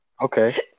Okay